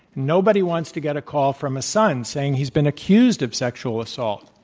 nobody wants to get a call from a son saying he's been accused of sexual assault.